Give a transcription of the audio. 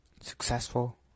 successful